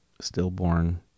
stillborn